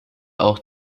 auch